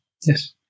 Yes